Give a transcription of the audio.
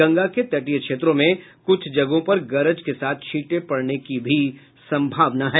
गंगा के तटीय क्षेत्र में कुछ जगहों पर गरज के साथ छीटें पड़ने की भी संभावना है